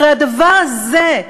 הרי הדבר הזה,